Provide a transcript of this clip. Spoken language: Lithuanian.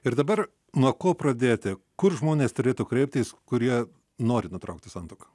ir dabar nuo ko pradėti kur žmonės turėtų kreiptis kurie nori nutraukti santuoką